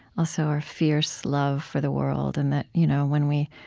also, our fierce love for the world and that you know when we